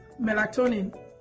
melatonin